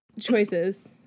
Choices